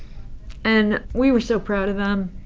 and we were so proud of them